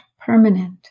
permanent